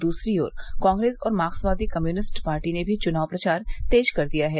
दूसरी ओर कांग्रेस और मार्क्सवादी कम्यूनिस्ट पार्टी ने भी चुनाव प्रचार तेज कर दिया है